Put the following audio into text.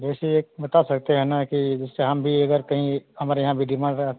जैसे एक बता सकते हैं ना कि जैसे हम भी अगर कहीं हमारे यहाँ विधिमान